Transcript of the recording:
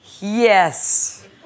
Yes